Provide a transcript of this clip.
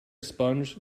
sponge